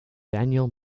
daniel